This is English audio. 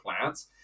plants